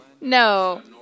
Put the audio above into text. No